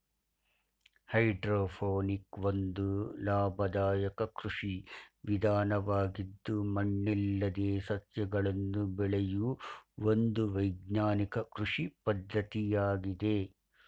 hydroponic ಒಂದು ಲಾಭದಾಯಕ ಕೃಷಿ ವಿಧಾನವಾಗಿದ್ದು ಮಣ್ಣಿಲ್ಲದೆ ಸಸ್ಯಗಳನ್ನು ಬೆಳೆಯೂ ಒಂದು ವೈಜ್ಞಾನಿಕ ಕೃಷಿ ಪದ್ಧತಿಯಾಗಿದೆ